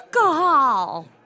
Alcohol